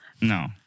No